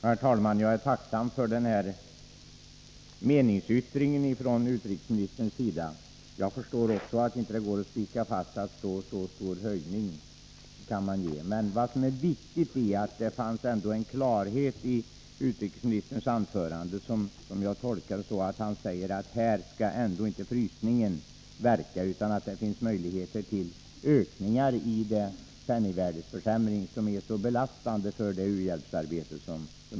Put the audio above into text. Herr talman! Jag är tacksam för denna meningsyttring från utrikesministern. Jag förstår att det inte går att spika fast hur stor höjning man kan göra. Men viktigt är att det fanns en klarhet i utrikesministerns anförande, som jag tolkar på det sättet att han förklarar att frysningen inte skall verka i detta fall utan det finns möjlighet till en minskning av den penningvärdeförsämring som är så belastande för u-hjälpsarbete.